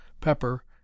pepper